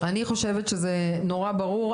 אני חושבת שזה נורא ברור,